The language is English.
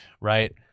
right